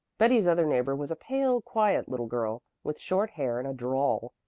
betty's other neighbor was a pale, quiet little girl, with short hair and a drawl.